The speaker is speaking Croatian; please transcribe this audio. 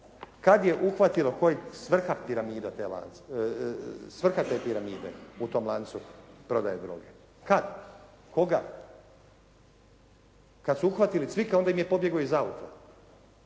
te, s vrha te piramide u tom lancu prodaje droge? Kad? Koga? Kad su uhvatili Cvika onda im je pobjegao iz auta